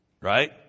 Right